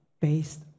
based